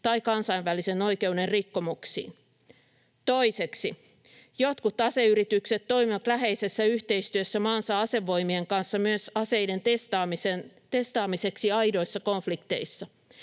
tai kansainvälisen oikeuden rikkomuksiin. Toiseksi jotkut aseyritykset toimivat läheisessä yhteistyössä maansa asevoimien kanssa myös aseiden testaamiseksi aidoissa konflikteissa.